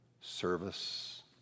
service